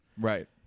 Right